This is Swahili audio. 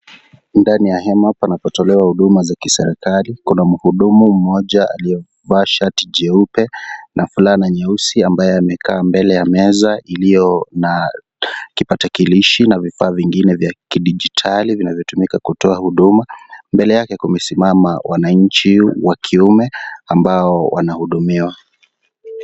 Ndani ya hema panapo tolewa huduma za kiserikali kuna kuhudumu mmoja aliyevalia shati jeupe na fulana nyeusi, ambaye amekaa mbele ya meza iliyo na kipakatalishi na vifaa vingine vya kidijitali, vinavyotumika kutoa huduma . Mbele yake kumesimama wananchi wa kiume ambao wanaohudumiwa.